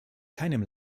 keinem